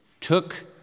took